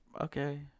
okay